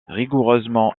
rigoureusement